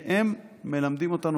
שהם מלמדים אותנו,